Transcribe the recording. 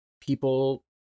people